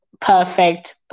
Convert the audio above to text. perfect